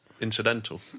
incidental